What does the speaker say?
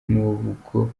nubwo